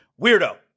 weirdo